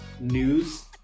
news